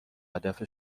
هدف